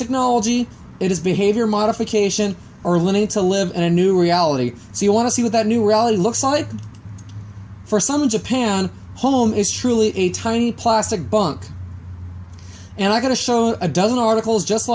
technology it is behavior modification or learning to live in a new reality so you want to see what that new reality looks like for some in japan home is truly a tiny plastic bunk and i'm going to show a dozen articles just